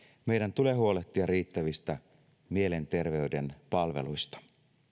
meidän tulee huolehtia riittävistä mielenterveyden palveluista